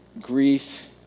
grief